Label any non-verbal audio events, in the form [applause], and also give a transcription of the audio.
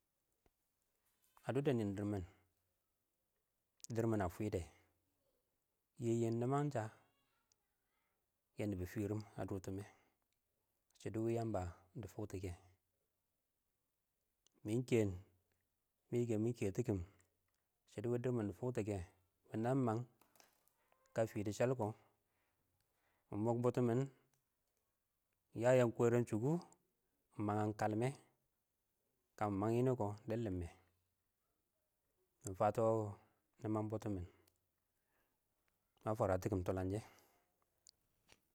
ə dob dɛ nɪɪn dɪrr mɪn nɪn dɪrr mɪn a fwide yɪ yiim niman sha [noise] yɛ nɪbə firim a durtume. Shiddo wɪɪn yambi dɪ fokto kɛ mɪ keen mɪ yiker mɪ ketikim shɪdo wɪɪn dɪrr mɪn dɪ fokto kɛ yəən məng [noise] kashɪ fɪ shɛl kʊ [noise] kɪɪn ma mok botɔ mɪn, ɪng ya yang kwareng shuku ɪng manghan kalmɛ kamɪ mang yoni kʊ dɪ limme, mɪ fətɔ [noise] nima butomin [noise] ma fwaratikim tʊləngshɪ. [noise]